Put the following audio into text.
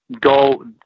go